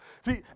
See